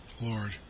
Lord